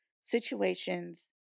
situations